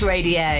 Radio